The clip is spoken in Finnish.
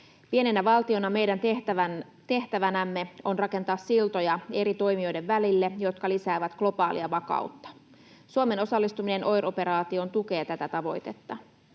Pienenä valtiona meidän tehtävänämme on rakentaa eri toimijoiden välille siltoja, jotka lisäävät globaalia vakautta. Suomen osallistuminen OIR-operaatioon tukee tätä tavoitetta.